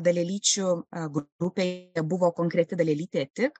dalelyčių grupėje buvo konkreti dalelytė tik